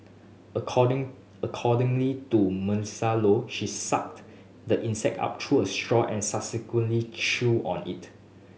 according accordingly to Maisie Low she sucked the insect up through her straw and subsequently chewed on it